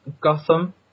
Gotham